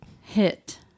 hit